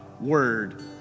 word